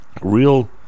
real